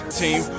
team